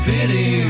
Pity